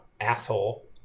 asshole